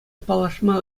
паллашма